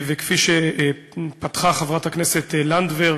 כפי שפתחה חברת הכנסת לנדבר,